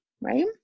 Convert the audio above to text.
right